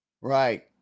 Right